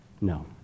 No